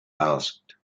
asked